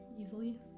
easily